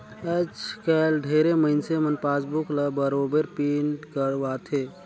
आयज कायल ढेरे मइनसे मन पासबुक ल बरोबर पिंट करवाथे